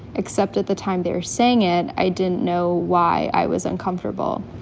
except at the time they were saying it, i didn't know why i was uncomfortable.